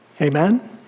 Amen